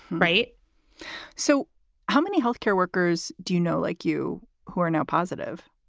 right so how many health care workers do you know, like you who are now positive?